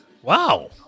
Wow